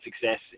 success